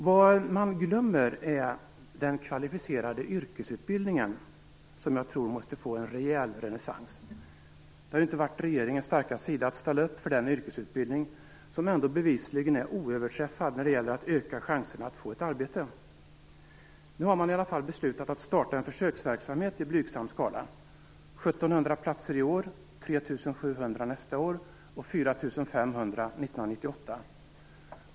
Vad man glömmer är den kvalificerade yrkesutbildningen, som jag tror måste få en rejäl renässans. Det har inte varit regeringens starka sida att ställa upp för den yrkesutbildning som ändå bevisligen är oöverträffad när det gäller att öka chanserna att få ett arbete. Nu har man i alla fall beslutat att starta en försöksverksamhet i blygsam skala: 1 700 platser i år, 3 700 platser nästa år och 4 500 platser 1998.